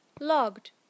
Logged